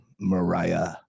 Mariah